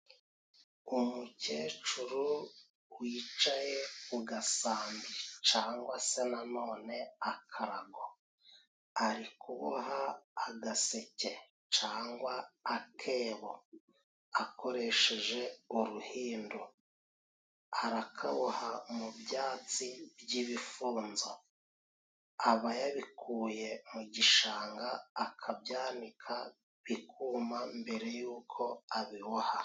Umukecuru wicaye ku gasambi cyangwa se na none akarago, arikuboha agaseke cyangwa akebo akoresheje uruhindu .Arakaboha mu byatsi by'ibifunzo, aba yabikuye mu gishanga ,akabyanika bikuma mbere y'uko abiboha.